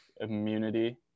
immunity